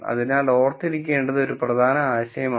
അതിനാൽ ഓർത്തിരിക്കേണ്ടത് ഒരു പ്രധാന ആശയമാണ്